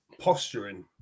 posturing